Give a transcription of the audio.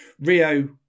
Rio